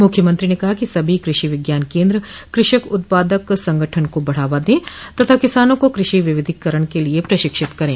मुख्यमंत्री ने कहा कि सभी कृषि विज्ञान केन्द्र कृषक उत्पादक संगठन को बढ़ावा दें तथा किसानों को कृषि विविधिकरण के लिए प्रशिक्षित करें